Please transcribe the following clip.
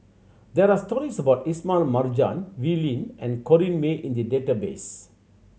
there are stories about Ismail Marjan Wee Lin and Corrinne May in the database